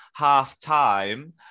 halftime